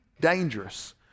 dangerous